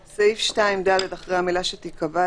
23. סעיף 2(ד) אחרי המילה: "שתיקבע",